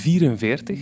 44